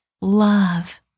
love